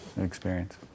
experience